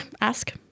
ask